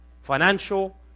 Financial